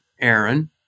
Aaron